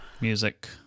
music